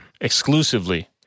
Exclusively